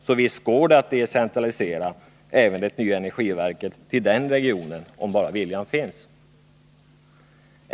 Så visst går det att decentralisera även det Nr 152 nya energiverket till den regionen om bara viljan finns.